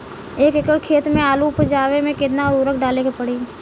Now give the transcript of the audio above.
एक एकड़ खेत मे आलू उपजावे मे केतना उर्वरक डाले के पड़ी?